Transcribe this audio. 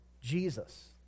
Jesus